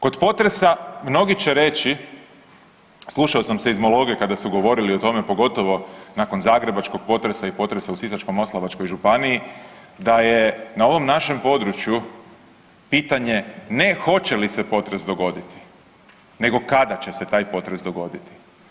Kod potresa mnogi će reći, slušao sam seizmologe kada su govorili o tome, pogotovo nakon zagrebačkog potresa i potresa u Sisačko-moslavačkoj županiji da je na ovom našem području pitanje ne hoće li se potres dogoditi nego kada će se taj potres dogoditi.